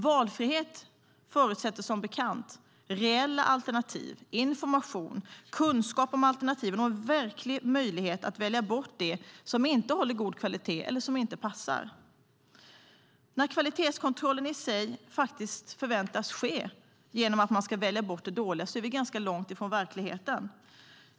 Valfrihet förutsätter som bekant reella alternativ, information, kunskap om alternativen och en verklig möjlighet att välja bort det som inte håller god kvalitet eller som inte passar. När kvalitetskontrollen i sig förväntas ske genom att man ska välja bort det dåliga är vi ganska långt från verkligheten.